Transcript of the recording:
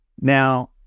Now